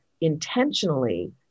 intentionally